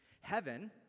Heaven